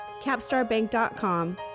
capstarbank.com